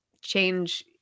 change